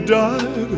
died